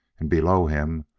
and, below him,